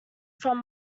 from